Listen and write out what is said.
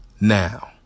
now